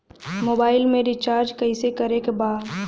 Mobile में recharge कइसे करे के बा?